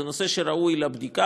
זה נושא שראוי לבדיקה,